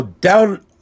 down